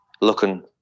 looking